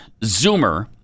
Zoomer